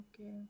Okay